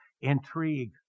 intrigue